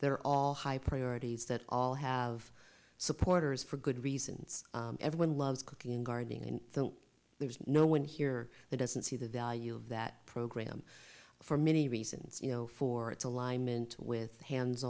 they're all high priorities that all have supporters for good reasons everyone loves cooking and gardening and though there's no one here that doesn't see the value of that program for many reasons you know for its alignment with hands